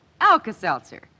Alka-Seltzer